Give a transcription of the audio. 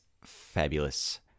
fabulous